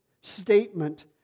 statement